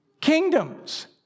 kingdoms